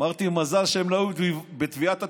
אמרתי: מזל שהם לא היו בטביעת הטיטניק.